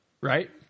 right